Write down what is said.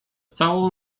całą